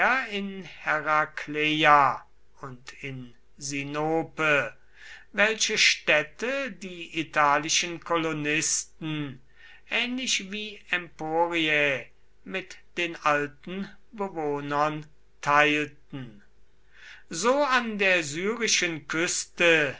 in herakleia und in sinope welche städte die italischen kolonisten ähnlich wie emporiae mit den alten bewohnern teilten so an der syrischen küste